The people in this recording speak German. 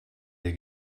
der